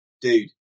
dude